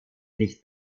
nicht